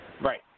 Right